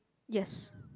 yes